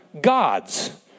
gods